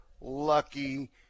lucky